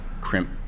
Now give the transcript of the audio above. crimp